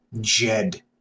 jed